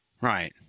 Right